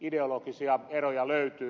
ideologisia eroja löytyy